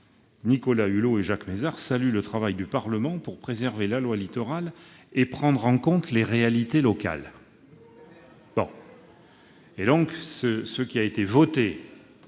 Nicolas Hulot et Jacques Mézard saluent le travail du Parlement pour préserver la loi Littoral et prendre en compte les réalités locales ». Mais bien sûr !